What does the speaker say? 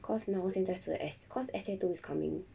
cause now 现在是 cause S_A two is coming